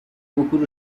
mukuru